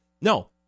No